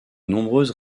nombreuses